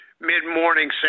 mid-morning